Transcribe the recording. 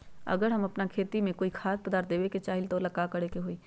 अगर हम अपना खेती में कोइ खाद्य पदार्थ देबे के चाही त वो ला का करे के होई?